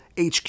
HQ